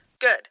Good